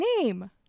name